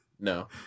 No